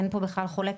אין פה בכלל חולק,